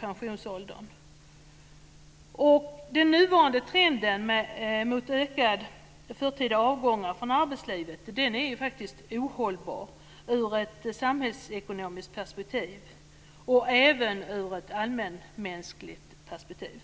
pensionsåldern. Den nuvarande trenden mot ökad förtida avgång från arbetslivet är faktiskt ohållbar ur ett samhällsekonomiskt perspektiv, och även ur ett allmänmänskligt perspektiv.